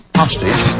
hostage